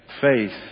Faith